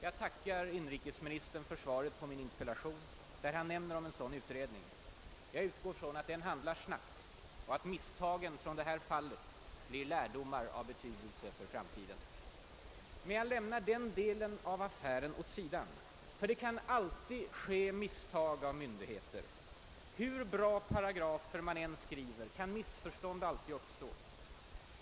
Jag tackar inrikesministern för svaret på min interpellation, där han nämner om en sådan utredning. Jag utgår från att den handlar snabbt och att misstagen från detta fall blir lärdomar av betydelse för framtiden. Men jag lämnar, som sagt, den delen av affären åt sidan. För det kan alltid göras misstag av myndigheter. Hur bra paragrafer man än skriver kan missförstånd alltid uppstå.